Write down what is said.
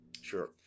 Sure